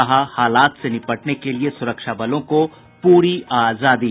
कहा हालात से निपटने के लिए सुरक्षा बलों को पूरी आजादी